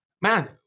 Man